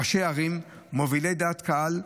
ראשי ערים, מובילי דעת קהל.